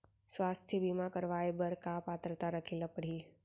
स्वास्थ्य बीमा करवाय बर का पात्रता रखे ल परही?